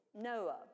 Noah